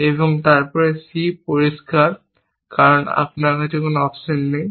এবং তারপর C পরিষ্কার কারণ অপশন নেই